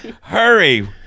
Hurry